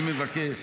אני מבקש.